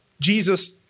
Jesus